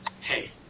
Hey